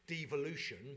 devolution